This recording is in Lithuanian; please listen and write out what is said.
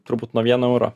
turbūt nuo vieno euro